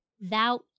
thou